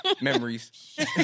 Memories